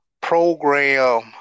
program